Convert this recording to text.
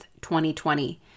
2020